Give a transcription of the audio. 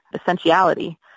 essentiality